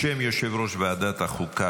בשם יושב-ראש ועדת החוקה,